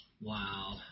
Wow